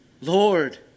Lord